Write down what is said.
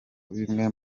bimwe